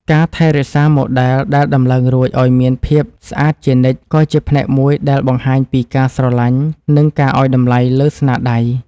ការថែរក្សាម៉ូដែលដែលដំឡើងរួចឱ្យមានភាពស្អាតជានិច្ចក៏ជាផ្នែកមួយដែលបង្ហាញពីការស្រឡាញ់ និងការឱ្យតម្លៃលើស្នាដៃ។